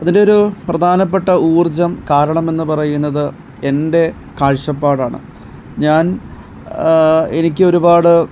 അതിലൊരു പ്രധാനപ്പെട്ട ഊർജം കാരണമെന്ന് പറയുന്നത് എൻ്റെ കാഴ്ചപ്പാടാണ് ഞാൻ എനിക്ക് ഒരുപാട്